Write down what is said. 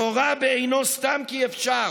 נורה בעינו סתם כי אפשר